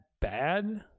bad